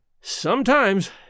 Sometimes